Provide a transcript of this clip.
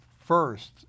first